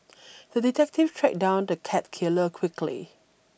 the detective tracked down the cat killer quickly